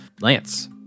Lance